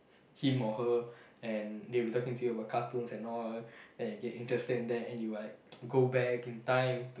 him or her and they were talking to you about cartoons and all and you get interested in that and you like go back in time to